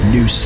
New